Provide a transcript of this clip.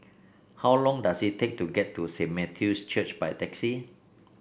how long does it take to get to Saint Matthew's Church by taxi